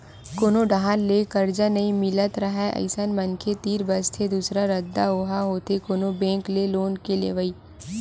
कोनो डाहर ले करजा नइ मिलत राहय अइसन मनखे तीर बचथे दूसरा रद्दा ओहा होथे कोनो बेंक ले लोन के लेवई